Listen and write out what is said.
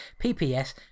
pps